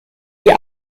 die